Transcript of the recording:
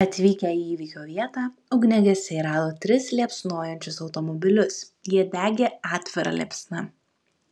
atvykę į įvykio vietą ugniagesiai rado tris liepsnojančius automobilius jie degė atvira liepsna